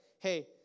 hey